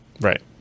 Right